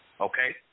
Okay